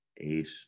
eight